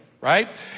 Right